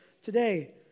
Today